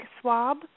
swab